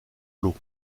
l’eau